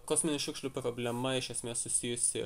kosminių šiukšlių problema iš esmės susijusi